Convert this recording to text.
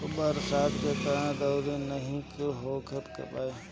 बरसात के कारण दँवरी नाइ हो पाई